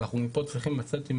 ואנחנו מפה צריכים לצאת,